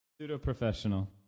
Pseudo-professional